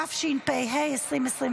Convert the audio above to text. התשפ"ה 2024,